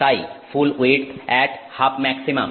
তাই full width at half maximum